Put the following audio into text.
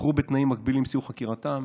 ושוחררו בתנאים מגבילים בסיום חקירתם.